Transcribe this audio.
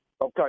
Okay